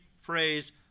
phrase